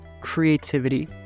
creativity